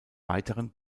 weiteren